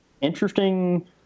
interesting